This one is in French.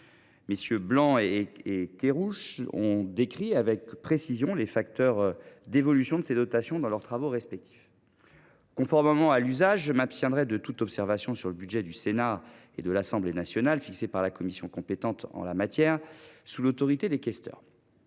MM. Blanc et Kerrouche ont décrit avec précision les facteurs d’évolution de ces dotations dans leurs travaux respectifs. Conformément à l’usage, je m’abstiendrai de toute observation sur les budgets du Sénat et de l’Assemblée nationale, qui sont fixés par les commissions compétentes en la matière, sous l’autorité des questeurs.